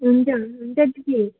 हुन्छ हुन्छ दिदी